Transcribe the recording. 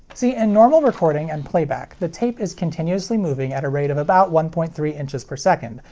see, in normal recording and playback, the tape is continuously moving at a rate of about one point three inches per second,